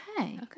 Okay